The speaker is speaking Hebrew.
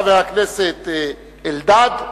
חבר הכנסת אלדד,